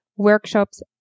workshops